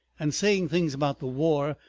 and saying things about the war.